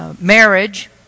Marriage